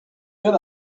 got